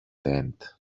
tent